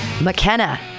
McKenna